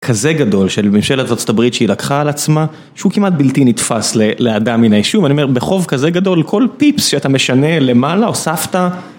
כזה גדול של ממשלת ארה״ב שהיא לקחה על עצמה שהוא כמעט בלתי נתפס לאדם מן הישוב אני אומר בחוב כזה גדול כל פיפס שאתה משנה למעלה הוספת